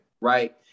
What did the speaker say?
right